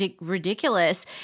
ridiculous